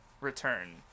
return